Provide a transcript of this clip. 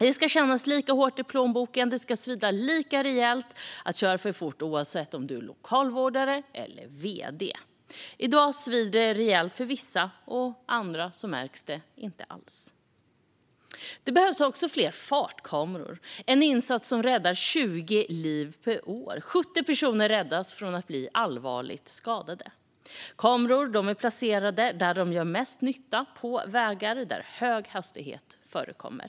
Det ska kännas lika hårt i plånboken. Det ska svida lika rejält att köra för fort, oavsett om man är lokalvårdare eller vd. I dag svider det rejält för vissa, och för andra märks det inte alls. Det behövs också fler fartkameror. Det är en insats som räddar 20 liv per år, och 70 personer räddas från att bli allvarligt skadade. Kameror är placerade där de gör mest nytta, på vägar där hög hastighet förekommer.